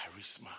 charisma